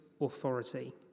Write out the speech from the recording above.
authority